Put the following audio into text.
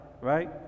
right